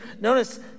Notice